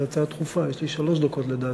זו הצעה דחופה, יש לי שלוש דקות, לדעתי.